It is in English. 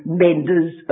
menders